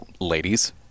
ladies